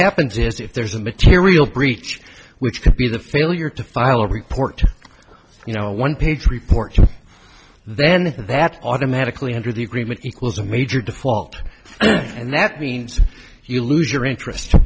happens is if there's a material breach which could be the failure to file a report you know a one page report then that automatically under the agreement equals a major default and that means you lose your interest